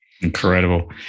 Incredible